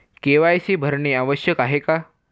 KYC भरणे आवश्यक आहे का?